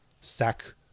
sack